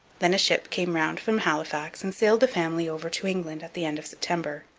then a ship came round from halifax and sailed the family over to england at the end of september,